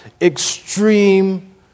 extreme